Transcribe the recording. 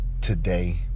today